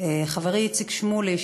חברי איציק שמולי,